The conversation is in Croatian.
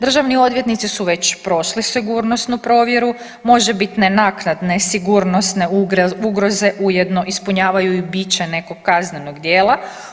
Državni odvjetnici su već prošli sigurnosnu provjeru, možebitne naknadne sigurnosne ugroze ujedno ispunjavaju i biće nekog kaznenog djela.